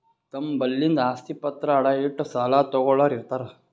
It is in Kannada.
ತಮ್ ಬಲ್ಲಿಂದ್ ಆಸ್ತಿ ಪತ್ರ ಅಡ ಇಟ್ಟು ಸಾಲ ತಗೋಳ್ಳೋರ್ ಇರ್ತಾರ